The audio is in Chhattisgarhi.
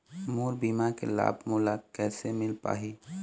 मोर बीमा के लाभ मोला कैसे मिल पाही?